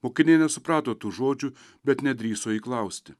mokiniai nesuprato tų žodžių bet nedrįso klausti